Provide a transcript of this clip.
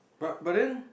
but but then